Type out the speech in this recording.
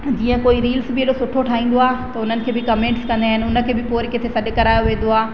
जीअं कोई रील्स बि एॾो सुठो ठाहींदो आहे त उन्हनि खे बि कमेंट्स कंदा आहिनि उन खे बि पोइ वरी किथे सॾु करायो वेंदो आहे